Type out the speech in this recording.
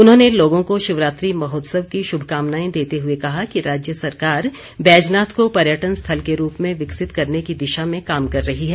उन्होंने लोगों को शिवरात्रि महोत्सव की शुभकामनाएं देते हुए कहा कि राज्य सरकार बैजनाथ को पर्यटन स्थल के रूप में विकसित करने की दिशा में काम कर रही है